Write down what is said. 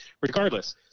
regardless –